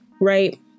right